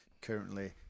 currently